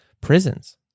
prisons